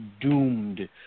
doomed